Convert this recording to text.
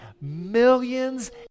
millions